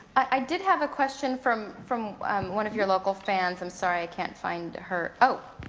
i did have a question from from one of your local fans. i'm sorry i can't find her. oh!